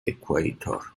equator